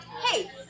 Hey